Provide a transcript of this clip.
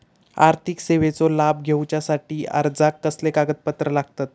आर्थिक सेवेचो लाभ घेवच्यासाठी अर्जाक कसले कागदपत्र लागतत?